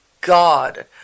god